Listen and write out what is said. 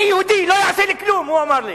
אני יהודי, לא יעשו לי כלום, הוא אמר לי.